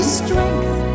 strength